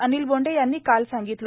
अनिल बोंडे यांनी काल सांगितले